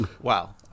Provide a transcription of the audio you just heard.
wow